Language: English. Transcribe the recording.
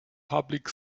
public